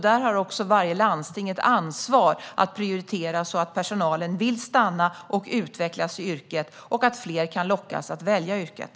Där har varje landsting ett ansvar att prioritera så att personalen vill stanna och utvecklas i yrket och att fler kan lockas att välja yrket.